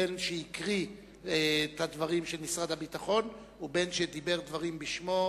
בין שהקריא את הדברים של משרד הביטחון ובין שדיבר דברים בשמו,